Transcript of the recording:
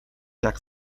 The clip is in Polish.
jak